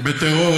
מאבק בטרור,